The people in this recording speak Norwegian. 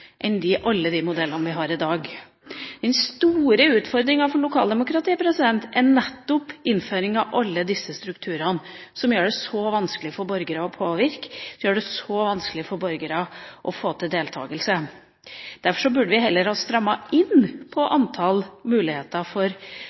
alle de modellene vi har i dag. Den store utfordringa for lokaldemokratiet er nettopp innføring av alle de strukturene som gjør det så vanskelig for borgere å påvirke, og som gjør det så vanskelig for borgere å delta. Derfor burde vi ha strammet inn på antall muligheter for